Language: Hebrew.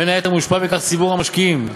מושפע מכך ציבור המשקיעים,